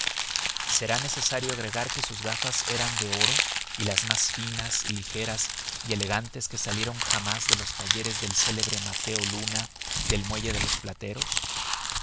será necesario agregar que sus gafas eran de oro y las más finas ligeras y elegantes que salieron jamás de los talleres del celebre mateo luna del muelle de los plateros